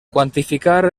quantificar